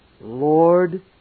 Lord